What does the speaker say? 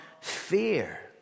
fear